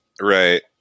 Right